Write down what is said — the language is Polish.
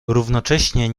równocześnie